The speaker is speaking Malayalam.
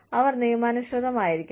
അവർ നിയമാനുസൃതമായിരിക്കണം